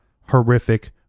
horrific